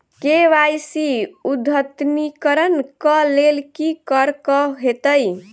KYC अद्यतनीकरण कऽ लेल की करऽ कऽ हेतइ?